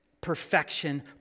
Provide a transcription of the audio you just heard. perfection